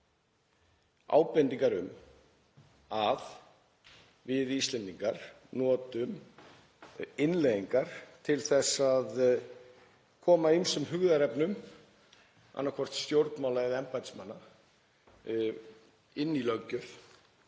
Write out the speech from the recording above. ábendingar um að við Íslendingar notuðum innleiðingar til að koma ýmsum hugðarefnum, annaðhvort stjórnmála eða embættismanna, inn í löggjöf